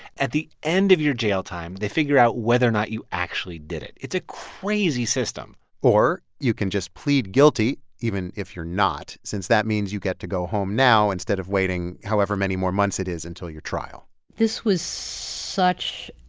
at the end of your jail time, they figure out whether or not you actually did it. it's a crazy system or you can just plead guilty, even if you're not, since that means you get to go home now instead of waiting however many more months it is until your trial this was such